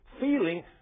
feeling